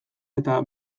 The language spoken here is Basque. eta